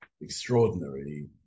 extraordinary